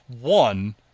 one